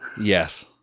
Yes